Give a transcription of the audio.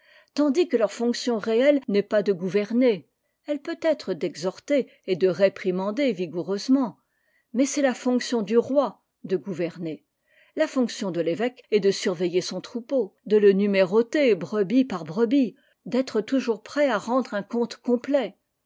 tandis que leur fonction réelle n'est pas de gouverner elle peut être d'exhorter et de réprimander vigoureusement mais c'est la fonction du roi de gouverner la fonction de l'evêque est de surveiller son troupeau de le numéroter brebis par brebis d'être toujours prêt à rendre un compte complet